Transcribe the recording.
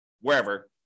wherever